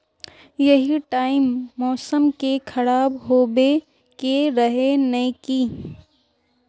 यही टाइम मौसम के खराब होबे के रहे नय की?